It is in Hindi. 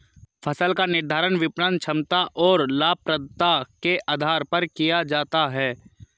फसल का निर्धारण विपणन क्षमता और लाभप्रदता के आधार पर किया जाता है